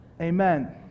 Amen